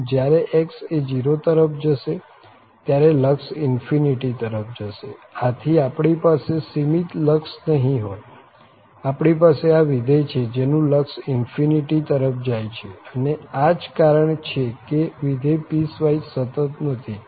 આમ જયારે x એ 0 તરફ જશે ત્યારે લક્ષ તરફ જશે આથી આપણી પાસે સીમિત લક્ષ નહિ હોય આપણી પાસે આ વિધેય છે જેનું લક્ષ તરફ જાય છે અને આ જ કારણ છે કે વિધેય પીસવાઈસ સતત નથી